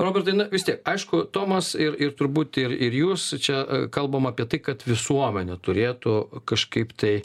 robertai na vis tiek aišku tomas ir ir turbūt ir jūs čia kalbam apie tai kad visuomenė turėtų kažkaip tai